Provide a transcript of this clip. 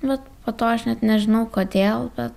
nu bet po to aš net nežinau kodėl be